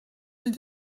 mynd